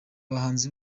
bahanzi